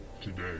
today